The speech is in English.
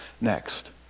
next